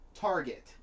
Target